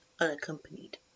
unaccompanied